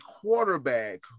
quarterback